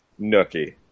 Nookie